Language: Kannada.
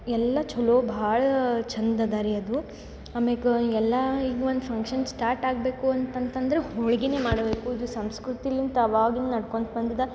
ಎಲ್ಲ ಚಲೋ ಭಾಳ ಚಂದ ಅದ ರೀ ಅದು ಆಮೇಲೆ ಎಲ್ಲ ಈಗ ಒಂದು ಫಂಕ್ಷನ್ಸ್ ಸ್ಟಾರ್ಟಾಗಬೇಕು ಅಂತಂತಂದರೆ ಹೋಳ್ಗೆ ಮಾಡಬೇಕು ಇದು ಸಂಸ್ಕೃತಿಲಿಂದ ಅವಾಗಿಂದ ನಡ್ಕೊತ ಬಂದಿದೆ